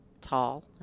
tall